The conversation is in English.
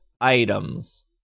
items